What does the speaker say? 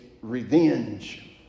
revenge